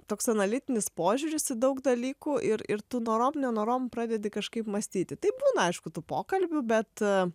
toks analitinis požiūris į daug dalykų ir ir tu norom nenorom pradedi kažkaip mąstyti taip būna aišku tų pokalbių bet